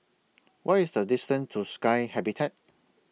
What IS The distance to Sky Habitat